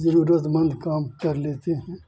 ज़रूरतमन्द काम कर लेते हैं